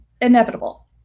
inevitable